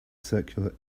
circular